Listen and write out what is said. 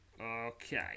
Okay